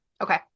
Okay